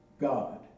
God